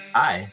hi